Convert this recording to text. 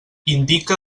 indique